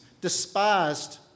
despised